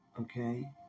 okay